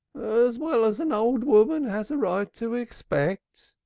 as well as an old woman has a right to expect.